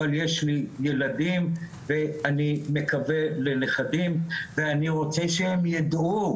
אבל יש לי ילדים ואני מקווה לנכדים ואני רוצה שהם יידעו